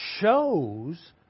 shows